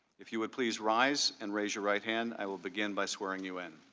if you would please rise and raise your right hand i will begin by swearing you in.